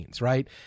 right